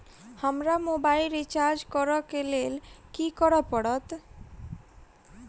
हमरा mobile recharge करऽ केँ लेल की करऽ पड़त?